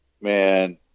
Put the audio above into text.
Man